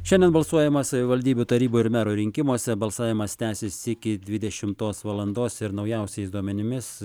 šiandien balsuojama savivaldybių tarybų ir mero rinkimuose balsavimas tęsis iki dvidešimtos valandos ir naujausiais duomenimis